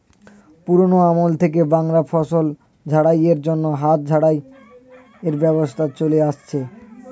পুরোনো আমল থেকেই বাংলায় ফসল ঝাড়াই এর জন্য হাত ঝাড়াই এর ব্যবস্থা চলে আসছে